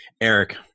Eric